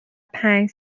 پنج